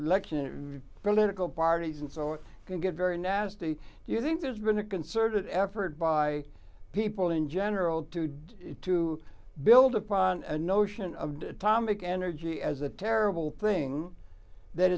tical parties and so it can get very nasty do you think there's been a concerted effort by people in general to to build upon a notion of atomic energy as a terrible thing that